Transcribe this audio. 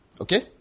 Okay